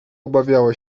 obawiało